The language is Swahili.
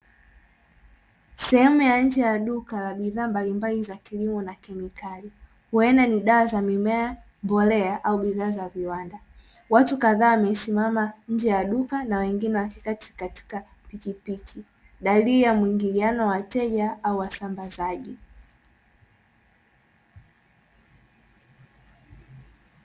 Sehemu ya nje ya duka la bidhaa mbalimbali za kilimo na kemikali. Huenda ni dawa za mimea mbolea au bidhaa za viwanda. Watu kadhaa wamesimama nje ya duka na wengine wakiketi katika pikipiki. Dalili ya mwingiliano wa wateja au wasambazaji.